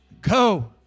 go